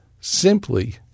simply